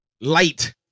light